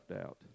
out